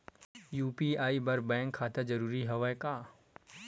UPI बर bank खाता जरूरी हवय का?